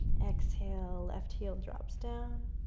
exhale, left heel drops down.